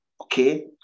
okay